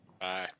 Bye